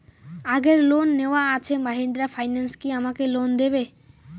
আগের লোন নেওয়া আছে মাহিন্দ্রা ফাইন্যান্স কি আমাকে লোন দেবে?